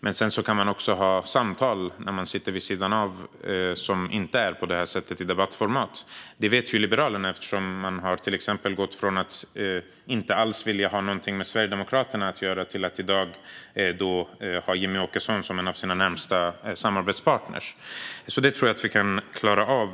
Men sedan kan man också ha samtal när man sitter vid sidan av, som inte har debattformat på det här sättet. Det vet ju Liberalerna eftersom man till exempel har gått från att inte alls vilja ha något med Sverigedemokraterna att göra till att i dag ha Jimmie Åkesson som en av sina närmaste samarbetspartner. Detta tror jag alltså att vi kan klara av.